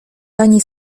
pani